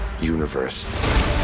universe